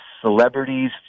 celebrities